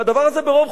ברוב חוצפתם,